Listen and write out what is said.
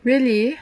really